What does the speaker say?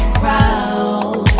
crowd